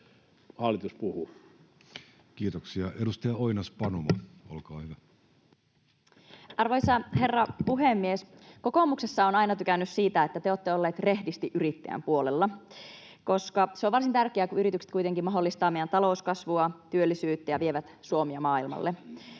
valtion talousarvioksi vuodelle 2025 Time: 13:13 Content: Arvoisa herra puhemies! Kokoomuksessa olen aina tykännyt siitä, että te olette olleet rehdisti yrittäjän puolella, koska se on varsin tärkeää, kun yritykset kuitenkin mahdollistavat meidän talouskasvua, työllisyyttä ja vievät Suomea maailmalle.